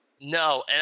No